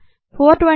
9 s7